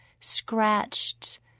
scratched